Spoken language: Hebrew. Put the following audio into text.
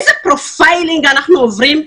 איזה פרופיילינג אנחנו עוברים,